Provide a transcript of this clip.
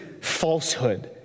falsehood